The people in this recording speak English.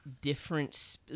different